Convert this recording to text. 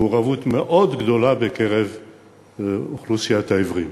מעורבות מאוד גדולה באוכלוסיית העיוורים.